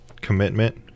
commitment